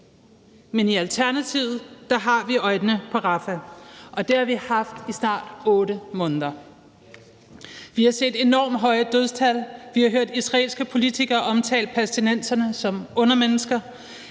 Men i Alternativet har vi øjnene på Rafah, og det har vi haft i snart 8 måneder. Vi har set enormt høje dødstal, vi har hørt israelske politikere omtale palæstinenserne som undermennesker,